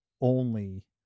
only-